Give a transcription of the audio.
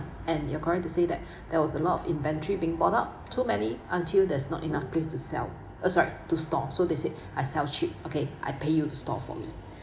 and you're correct to say that there was a lot of inventory being bought up too many until there's not enough place to sell uh sorry to store so they say I sell cheap okay I pay you to store for me